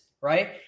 right